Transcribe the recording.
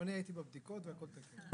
אבל אני הייתי בבדיקות והכל בסדר.